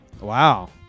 Wow